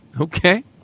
Okay